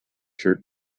shirt